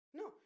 no